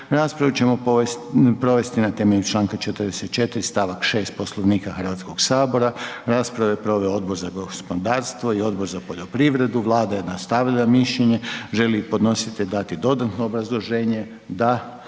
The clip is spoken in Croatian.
Raspravu ćemo provesti na temelju čl. 44. st. 6. Poslovnika Hrvatskog sabora. Raspravu je proveo Odbor za gospodarstvo i Odbor za poljoprivredu, Vlada je dostavila mišljenje. Želi li podnositelj dati dodatno obrazloženje?